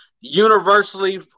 Universally